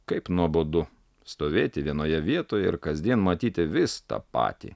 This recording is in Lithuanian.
kaip nuobodu stovėti vienoje vietoje ir kasdien matyti vis tą patį